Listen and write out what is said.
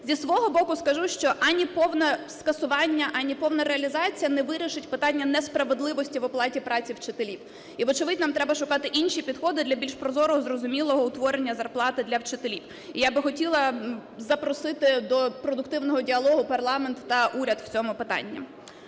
Зі свого боку скажу, що ані повне скасування, ані повна реалізація не вирішить питання несправедливості в оплаті праці вчителів. І вочевидь, нам треба шукати інші підходи для більш прозорого і зрозумілого утворення зарплати для вчителів. І я би хотіла запросити до продуктивного діалогу парламент та уряд в цьому питанні.